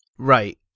Right